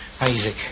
Isaac